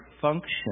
function